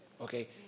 Okay